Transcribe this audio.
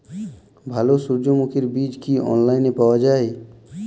ভালো সূর্যমুখির বীজ কি অনলাইনে পাওয়া যায়?